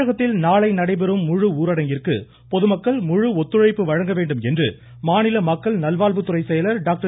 தமிழகத்தில் நாளை நடைபெறும் முழு ஊரடங்கிற்கு பொதுமக்கள் முழுஒத்துழைப்பு வழங்க வேண்டும் என்று மாநில மக்கள் நல்வாழ்வு செயலர் டாக்டர்